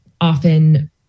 often